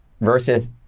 versus